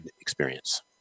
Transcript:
experience